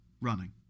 running